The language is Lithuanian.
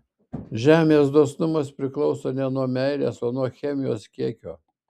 žemės dosnumas priklauso ne nuo meilės o nuo chemijos kiekio